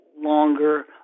longer